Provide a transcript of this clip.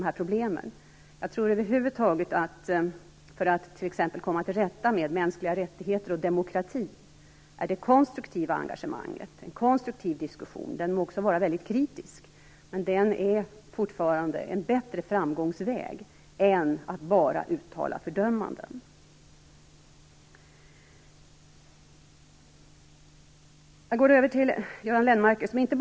För att över huvud taget komma till rätta med t.ex. mänskliga rättigheter och demokrati tror jag att det konstruktiva engagemanget och en konstruktiv diskussion - den må också vara kritisk - är en bättre framgångsväg än att bara uttala fördömanden. Jag går över till att kommentera Göran Lennmarkers anförande.